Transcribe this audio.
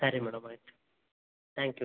ಸರಿ ಮೇಡಮ್ ಆಯಿತು thank you